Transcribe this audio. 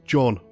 John